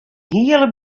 hele